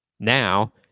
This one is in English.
now